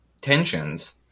tensions